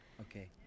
Okay